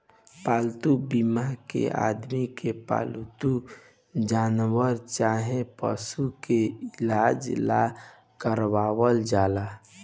पालतू बीमा के आदमी के पालतू जानवर चाहे पशु के इलाज ला करावल जाला